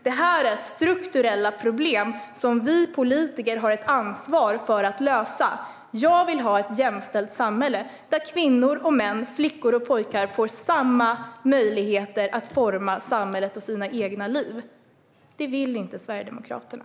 Det är strukturella problem som vi politiker har ett ansvar för att lösa. Jag vill ha ett jämställt samhälle där kvinnor och män, flickor och pojkar, får samma möjligheter att forma samhället och sina egna liv. Det vill inte Sverigedemokraterna.